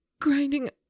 grinding